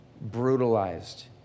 brutalized